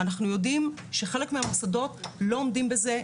אנחנו יודעים שחלק מהמוסדות לא עומדים בזה.